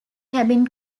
cabin